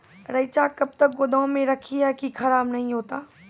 रईचा कब तक गोदाम मे रखी है की खराब नहीं होता?